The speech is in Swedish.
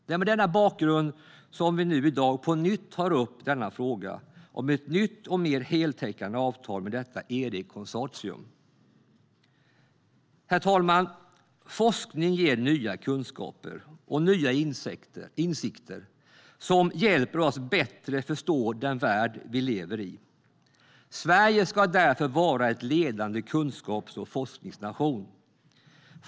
Det är mot denna bakgrund som vi nu i dag på nytt tar upp denna fråga om ett nytt och mer heltäckande avtal med detta Eric-konsortium. Herr talman! Forskning ger nya kunskaper och nya insikter som hjälper oss att bättre förstå den värld vi lever i. Sverige ska därför vara en ledande kunskaps och forskningsnation.